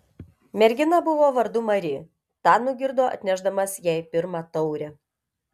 mergina buvo vardu mari tą nugirdo atnešdamas jai pirmą taurę